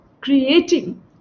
creating